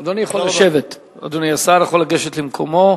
אדוני השר יכול לגשת למקומו.